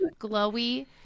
glowy